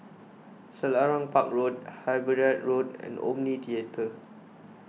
Selarang Park Road Hyderabad Road and Omni theatre